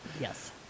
Yes